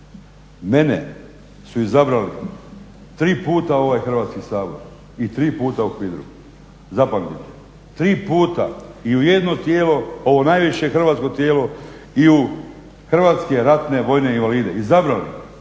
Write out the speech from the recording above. Mene su izabrali tri puta u ovaj Hrvatski sabor i tri puta u HVIDRA-u, zapamtite, tri puta i u jedno tijelo ovo najviše hrvatsko tijelo i u hrvatske ratne vojne invalide, izabrali.